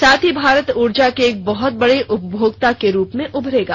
साथ ही भारत उर्जा के एक बहुत बडे उपभोक्ता के रूप में उभरेगा